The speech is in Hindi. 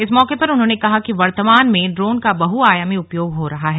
इस मौके पर उन्होंने कहा कि वर्तमान में ड्रोन का बहुआयामी उपयोग हो रहा है